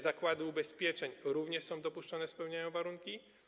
Zakłady ubezpieczeń również są dopuszczone i spełniają warunki.